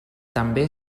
també